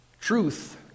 Truth